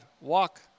walk